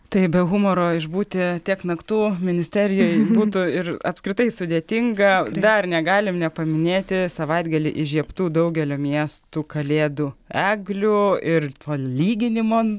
taip be humoro išbūti tiek naktų ministerijoj būtų ir apskritai sudėtinga dar negalim nepaminėti savaitgalį įžiebtų daugelio miestų kalėdų eglių ir to lyginimo